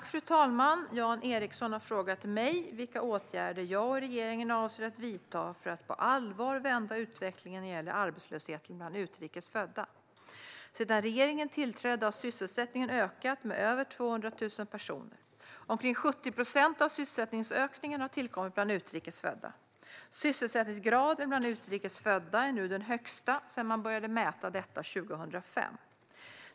Fru talman! Jan Ericson har frågat mig vilka åtgärder jag och regeringen avser att vidta för att på allvar vända utvecklingen när det gäller arbetslösheten bland utrikes födda. Sedan regeringen tillträdde har sysselsättningen ökat med över 200 000 personer. Omkring 70 procent av sysselsättningsökningen har tillkommit bland utrikes födda. Sysselsättningsgraden bland utrikes födda är nu den högsta sedan man började mäta detta 2005.